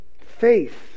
Faith